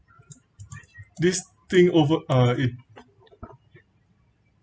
this thing over uh it